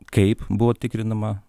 kaip buvo tikrinama